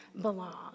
belong